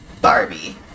barbie